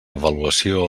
avaluació